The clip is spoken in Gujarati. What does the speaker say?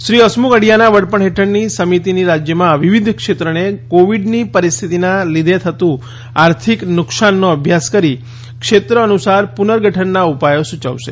શ્રી હસમુખ અઢીયાના વડપણ હેઠળની સમિતી રાજ્યમાં વિવિધ ક્ષેત્રને કોવીડની પરિસ્થિતિના લીધે થયેલું આર્થિક નુકસાનનો અભ્યાસ કરી ક્ષેત્ર અનુસાર પુનર્ગઠનના ઉપાયો સૂચવશે